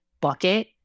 bucket